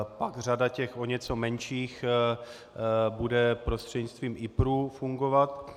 Pak řada těch o něco menších bude prostřednictvím IPR fungovat.